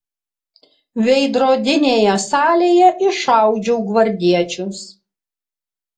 veidrodinėje salėje iššaudžiau gvardiečius